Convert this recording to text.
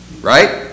Right